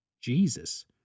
Jesus